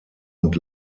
und